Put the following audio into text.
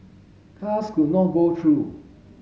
cars could not go through